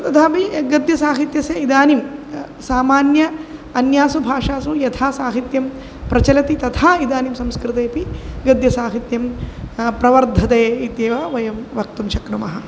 तथापि गद्यसाहित्यस्य इदानीं सामान्यम् अन्यासु भाषासु यथा साहित्यं प्रचलति तथा इदानीं संस्कृतेपि गद्यसाहित्यं प्रवर्धते इत्येव वयं वक्तुं शक्नुमः